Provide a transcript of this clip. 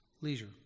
leisure